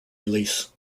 release